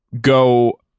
go